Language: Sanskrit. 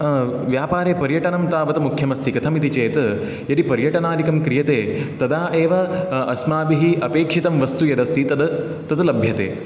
व्यापारे पर्यटनं तावत् मुख्यमस्ति कथमिति चेत् यदि पर्यटनादिकं क्रियते तदा एव अस्माभिः अपेक्षितं वस्तु यदस्ति तद् तत् लभ्यते